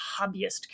hobbyist